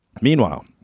meanwhile